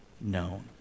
known